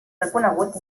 reconegut